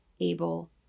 able